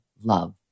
love